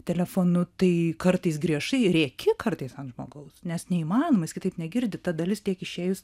telefonu tai kartais griežtai rėki kartais ant žmogaus nes neįmanoma kitaip negirdi ta dalis tiek išėjus